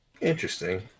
Interesting